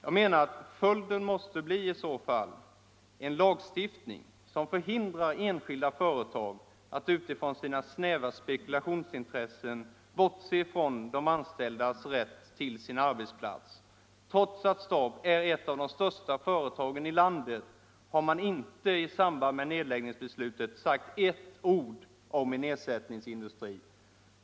Följden av detta måste i så fall bli en lagstiftning som förhindrar enskilda företag att av snäva spekulationsintressen bortse från de anställdas rätt till sin arbetsplats. Trots att STAB är ett av de största företagen i landet har man inte i samband med nedläggningsbeslutet sagt ett ord om någon ersättningsindustri.